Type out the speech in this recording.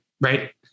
right